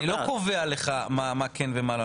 אני לא קובע לך מה כן ומה לא.